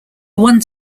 one